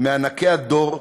מענקי הדור,